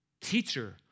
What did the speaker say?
teacher